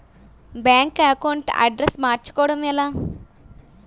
Bank account address మార్చుకోవడం ఎలా?